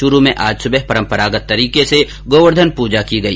चुरू में आज सुबह परम्परागत तरीके से गोवर्धन पूजा की गई